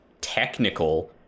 technical